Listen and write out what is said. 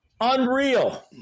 Unreal